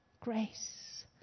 grace